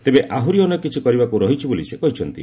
ତେବେ ଆହୁରି ଅନେକ କିଛି କରିବାକୁ ରହିଛି ବୋଲି ସେ କହିଛନ୍ତି